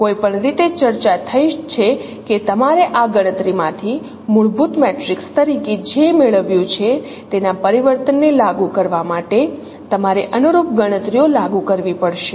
કોઈપણ રીતે ચર્ચા થઈ છે કે તમારે આ ગણતરીમાંથી મૂળભૂત મેટ્રિક્સ તરીકે જે મેળવ્યું છે તેના પરિવર્તન ને લાગુ કરવા માટે તમારે અનુરૂપ ગણતરીઓ લાગુ કરવી પડશે